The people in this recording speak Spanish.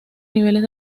niveles